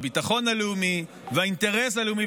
הביטחון הלאומי והאינטרס הלאומי,